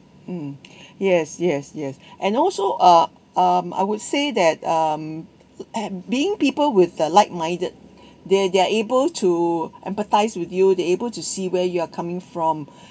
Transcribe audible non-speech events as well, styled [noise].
mm [breath] yes yes yes [breath] and also uh um I would say that um being people with the light minded they they're able to empathise with you they able to see where you are coming from [breath]